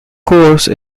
course